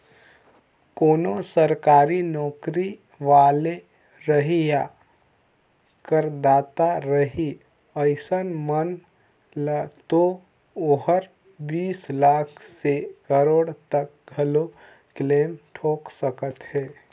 कोनो सरकारी नौकरी वाले रही या करदाता रही अइसन मन ल तो ओहर बीस लाख से करोड़ो तक घलो क्लेम ठोक सकत हे